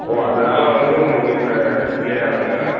ஓ அதனால் வந்து உனக்கு இப்போ டிலே ஆகுது ஆ